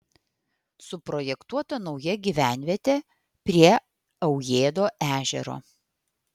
suprojektuota nauja gyvenvietė prie aujėdo ežero